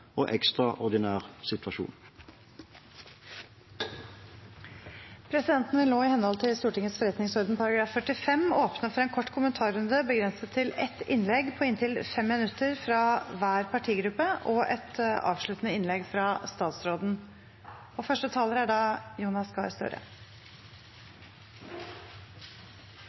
og ekstraordinær situasjon. Presidenten vil nå, i henhold til Stortingets forretningsorden § 45, åpne for en kort kommentarrunde begrenset til ett innlegg på inntil 5 minutter fra hver partigruppe og et avsluttende innlegg fra statsråden. Jeg takker statsråden for redegjørelsen. Det er